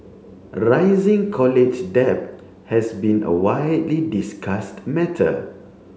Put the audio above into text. rising college debt has been a widely discussed matter